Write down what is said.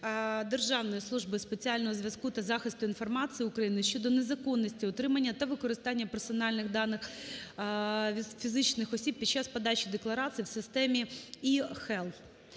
Державної служби спеціального зв'язку та захисту інформації України щодо незаконності отримання та використання персональних даних фізичних осіб під час подачі декларацій в системі eHealth.